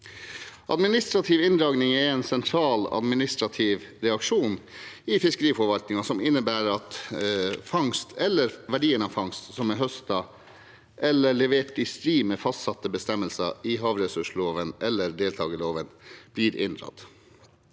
Administrativ inndragning er en sentral administrativ reaksjon i fiskeriforvaltningen som innebærer at fangst eller verdien av fangst som er høstet eller levert i strid med fastsatte bestemmelser i havressurslova eller deltakerloven, blir inndratt.